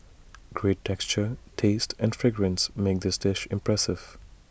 great texture taste and fragrance make this dish impressive